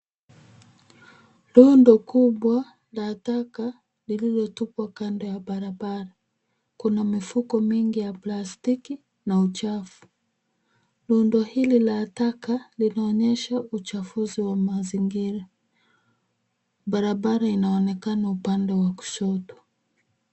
Rundo kubwa la taka zilizotupwa kando ya barabara. Kuna mifuko mingi ya plastiki na uchafu. Rundo hili la taka linaonyesha uchafuzi wa mazingira. Barabara inaonekana upande wa kushoto.